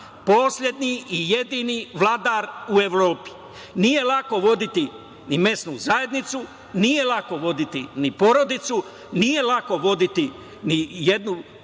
poslednji i jedini vladar u Evropi. Nije lako voditi ni mesnu zajednicu, nije lako voditi ni porodicu, nije lako voditi jednu